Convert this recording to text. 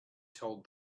told